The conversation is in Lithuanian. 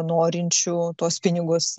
norinčių tuos pinigus